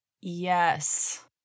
Yes